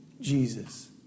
Jesus